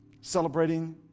celebrating